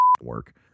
work